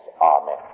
Amen